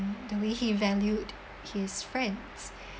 the way he valued his friends